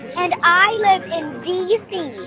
and i live in d c.